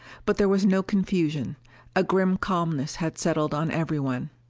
but there was no confusion a grim calmness had settled on everyone.